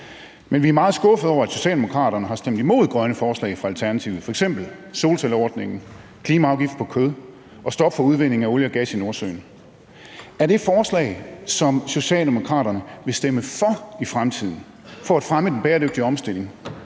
Men vi er meget skuffede over, at Socialdemokraterne har stemt imod grønne forslag fra Alternativet, f.eks. solcelleordningen, klimaafgift på kød og stop for udvinding af olie og gas i Nordsøen. Er det forslag, som Socialdemokraterne vil stemme for i fremtiden for at fremme den bæredygtige omstilling,